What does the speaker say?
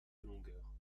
longueur